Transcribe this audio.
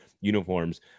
uniforms